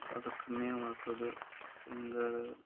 ಅದಕ್ಕೆ ಮೇವು ಹಾಕೋದು ಹಿಂಗ